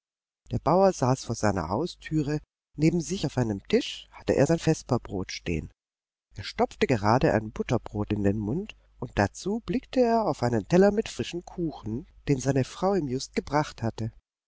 der bauer saß vor seiner haustüre neben sich auf einem tisch hatte er sein vesperbrot stehen er stopfte gerade ein butterbrot in den mund und dazu blickte er auf einen teller mit frischen kuchen den seine frau ihm just gebracht hatte